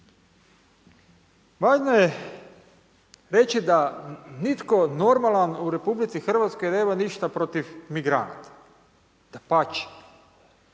Važno je reći da nitko normalan u RH nema ništa protiv migranata, dapače,